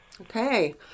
Okay